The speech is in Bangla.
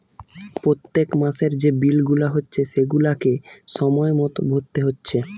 পোত্তেক মাসের যে বিল গুলা হচ্ছে সেগুলাকে সময় মতো ভোরতে হচ্ছে